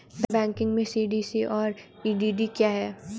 Banking में CDD और EDD क्या हैं?